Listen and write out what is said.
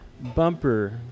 Bumper